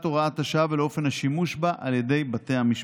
הוראת השעה ולאופן השימוש בה על ידי בתי המשפט.